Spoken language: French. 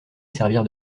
servir